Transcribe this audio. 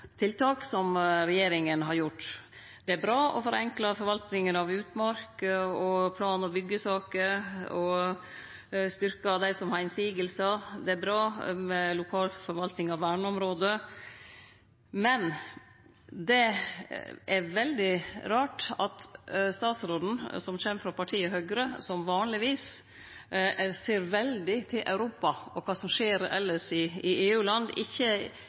tiltak som regjeringa har gjort. Det er bra å forenkle forvaltinga av utmark og plan- og byggjesaker og å styrkje dei som har innvendingar, og det er bra med lokal forvalting av verneområde. Men det er veldig rart at statsråden, som kjem frå partiet Høgre, som vanlegvis ser veldig til Europa og kva som skjer elles i EU-land, ikkje i